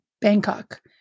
Bangkok